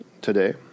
today